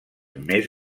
més